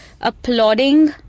Applauding